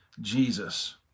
Jesus